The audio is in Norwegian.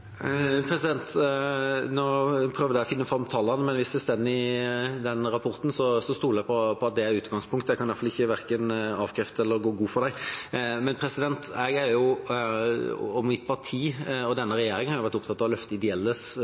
Nå prøvde jeg å finne fram tallene, men hvis det står i den rapporten, stoler jeg på at det er utgangspunktet. Jeg kan iallfall verken avkrefte eller gå god for dem. Jeg, mitt parti og denne regjeringa har vært opptatt av å løfte ideelles